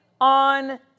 on